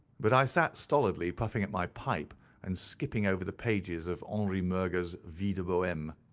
but i sat stolidly puffing at my pipe and skipping over the pages of henri murger's vie de de boheme. um